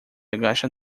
agacha